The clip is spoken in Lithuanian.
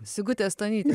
sigutė stonytė